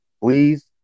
please